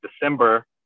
December